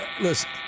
listen